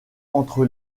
entre